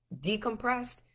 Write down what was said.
decompressed